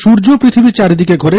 সূর্য পৃথিবীর চারিদিকে ঘোরে